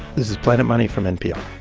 this is planet money from npr